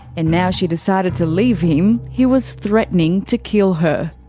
and now she decided to leave him, he was threatening to kill her.